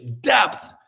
depth